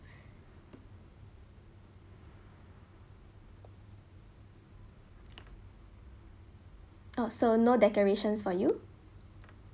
oh so no decorations for you